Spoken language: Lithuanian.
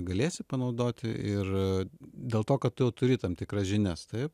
galėsi panaudoti ir dėl to kad tu turi tam tikras žinias taip